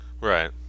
Right